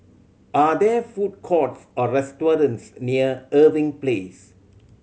are there food courts or restaurants near Irving Place